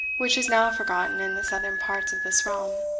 which is now forgotten in the southern parts of this realm.